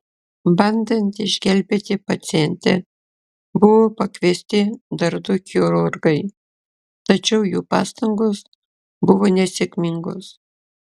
bandant išgelbėti pacientę buvo pakviesti dar du chirurgai tačiau jų pastangos buvo nesėkmingos